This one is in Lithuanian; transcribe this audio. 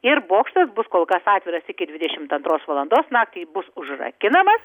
ir bokštas bus kol kas atviras iki dvidešimt antros valandos naktį bus užrakinamas